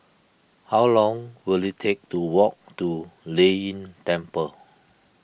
how long will it take to walk to Lei Yin Temple